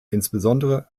insbesondere